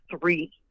three